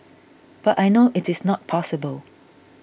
but I know it is not possible